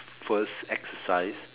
first exercise